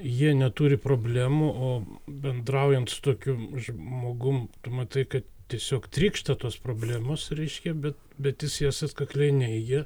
jie neturi problemų o bendraujant su tokiu žmogum tu matai kad tiesiog trykšta tos problemos reiškia bet bet jis jas atkakliai neigia